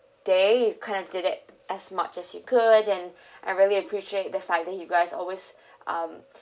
day you kinda did it as much as you could and I really appreciate the fact that you guys always um